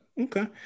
okay